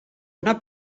una